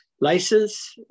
license